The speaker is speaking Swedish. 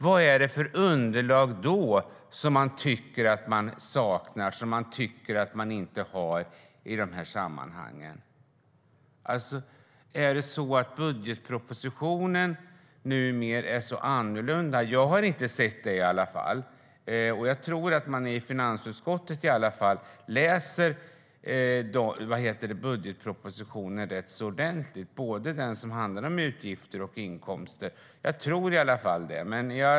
Vad är det då för underlag som man saknar, som man tycker att man inte har, i de här sammanhangen? Är budgetpropositionen numera så annorlunda? Jag har inte sett det i alla fall. Jag tror att man i finansutskottet läser budgetpropositionen rätt ordentligt, både det som handlar om utgifter och det som handlar om inkomster. Jag tror i alla fall det.